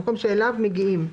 המקום שאליו מגיעים.